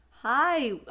Hi